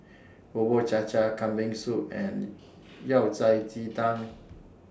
Bubur Cha Cha Kambing Soup and Yao Cai Ji Tang